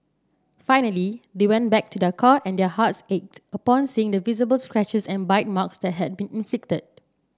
finally they went back to their car and their hearts ached upon seeing the visible scratches and bite marks that had been inflicted